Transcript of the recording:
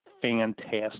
fantastic